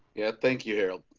yeah, thank you.